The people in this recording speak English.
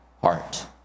heart